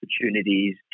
opportunities